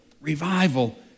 Revival